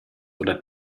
oder